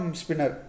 spinner